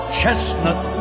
chestnut